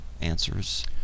answers